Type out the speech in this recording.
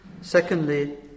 Secondly